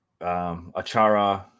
Achara